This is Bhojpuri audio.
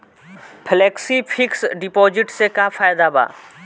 फेलेक्सी फिक्स डिपाँजिट से का फायदा भा?